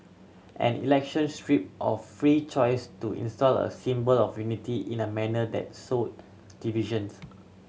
an election stripped of free choice to install a symbol of unity in a manner that sowed divisions